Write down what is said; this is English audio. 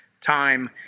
time